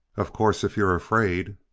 of course if you're afraid